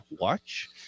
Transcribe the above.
watch